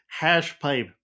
Hashpipe